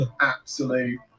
absolute